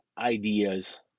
ideas